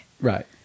Right